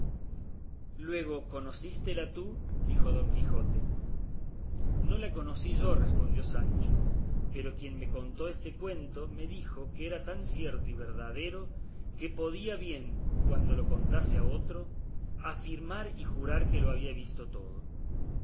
veo luego conocístela tú dijo don quijote no la conocí yo respondió sancho pero quien me contó este cuento me dijo que era tan cierto y verdadero que podía bien cuando lo contase a otro afirmar y jurar que lo había visto todo